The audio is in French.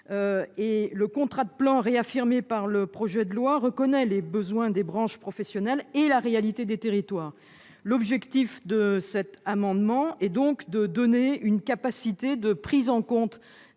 dont le rôle est réaffirmé par le projet de loi, reconnaît les besoins des branches professionnelles et la réalité des territoires. L'objectif de cet amendement est de permettre la prise en compte